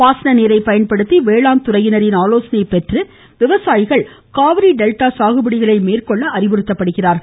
பாசன நீரை பயன்படுத்தி வேளாண் துறையினரின் ஆலோசனையை பெற்று விவசாயிகள் காவிரி டெல்டா சாகுபடிகளை மேற்கொள்ள அறிவுறுத்தப்படுகிறார்கள்